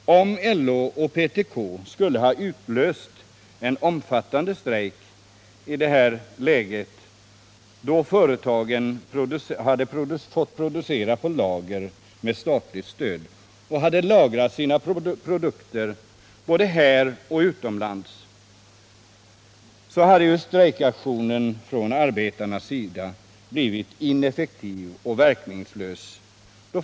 Om LO och PTK skulle ha utlöst en omfattande strejk i det läget, då företagen fått producera på lager med statligt stöd och hade lagrat sina produkter både här och utomlands, hade en strejkaktion från arbetarnas sida blivit ineffektiv och verkningslös.